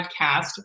podcast